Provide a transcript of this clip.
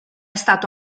stato